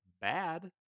bad